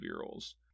roles